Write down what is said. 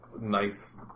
nice